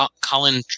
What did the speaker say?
Colin